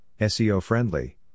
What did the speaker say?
SEO-friendly